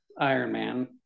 Ironman